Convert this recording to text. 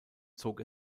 zog